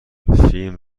فیلم